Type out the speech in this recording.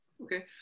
Okay